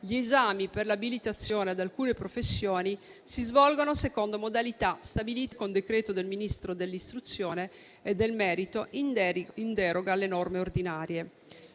gli esami per l'abilitazione ad alcune professioni si svolgano secondo modalità stabilite con decreto del Ministro dell'istruzione e del merito, in deroga alle norme ordinarie